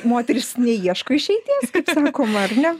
moterys neieško išeities kaip sakoma ar ne